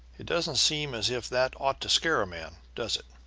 it doesn't seem as if that ought to scare a man, does it?